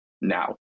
now